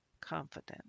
Confident